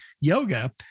yoga